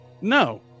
No